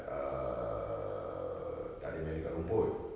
err tak boleh main dekat rumput